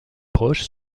proches